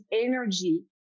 energy